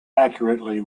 accurately